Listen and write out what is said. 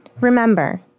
Remember